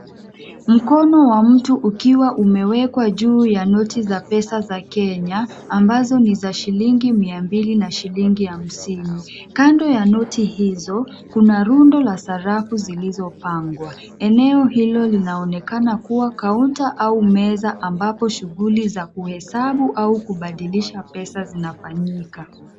Mkono wa mtu ukiwa umewekwa juu ya noti za pesa za Kenya, ambazo ni za shilingi mia mbili na shilingi hamsini. Kando ya noti hizo, kuna rundo la sarafu zilizopangwa. Eneo hilo linaonekana kuwa kaunta au meza ambapo shughuli za kuhesabu au kubadilisha pesa zinafanyika.